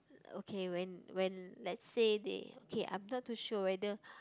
okay when when lets say they okay I'm not too sure whether